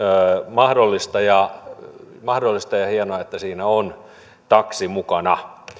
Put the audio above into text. mahdollista ja on hienoa että siinä on taksi mukana